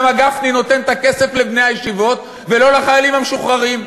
למה גפני נותן את הכסף לבני-הישיבות ולא לחיילים המשוחררים?